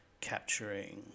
capturing